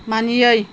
मानियै